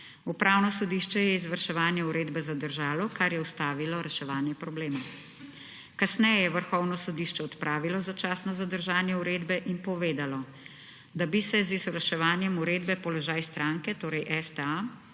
Upravno sodišče je izvrševanje uredbe zadržalo, kar je ustavilo reševanje problema. Kasneje je Vrhovno sodišče odpravilo začasno zadržanje uredbe in povedalo, da bi se z izvrševanjem uredbe položaj stranke, torej STA